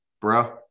bro